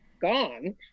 gone